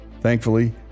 Thankfully